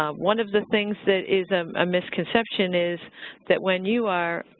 um one of the things that is a ah misconception is that when you are,